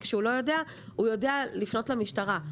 וכשהוא לא יודע הוא יודע לפנות למשטרה,